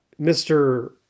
Mr